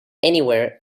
anywhere